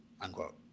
unquote